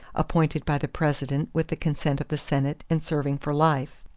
appointed by the president with the consent of the senate and serving for life.